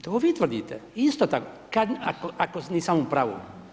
To vi tvrdite isto tako, ako nisam u pravu.